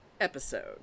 episode